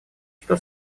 что